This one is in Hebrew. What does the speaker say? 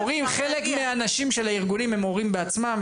חלק מהאנשים של הארגונים הם הורים בעצמם,